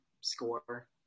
score